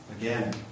Again